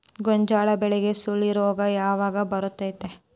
ಗೋಂಜಾಳ ಬೆಳೆಗೆ ಸುಳಿ ರೋಗ ಯಾವಾಗ ಬರುತ್ತದೆ?